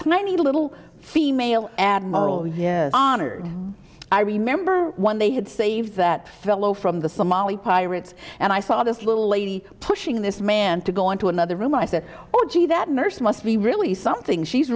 tiny little female admiral here honored i remember when they had saved that fellow from the somali pirates and i saw this little lady pushing this man to go into another room i said well gee that nurse must be really something she's